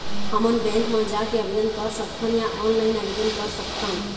हमन बैंक मा जाके आवेदन कर सकथन या ऑनलाइन आवेदन कर सकथन?